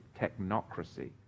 technocracy